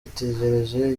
itegereje